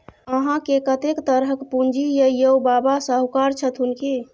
अहाँकेँ कतेक तरहक पूंजी यै यौ? बाबा शाहुकार छथुन की?